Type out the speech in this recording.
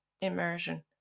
immersion